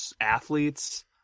athletes